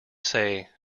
say